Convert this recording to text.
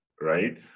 Right